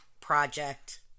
Project